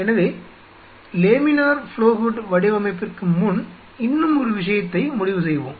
எனவே laminar flow hood வடிவமைப்பிற்கு முன் இன்னும் ஒரு விஷயத்தை முடிவு செய்வோம்